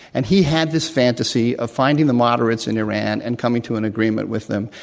and he had this fantasy of finding the moderates in iran and coming to an agreement with them.